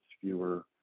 fewer